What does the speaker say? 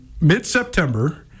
mid-September